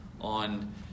on